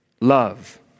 love